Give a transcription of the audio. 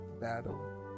battle